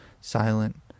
silent